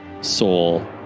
soul